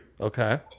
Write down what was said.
Okay